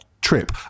trip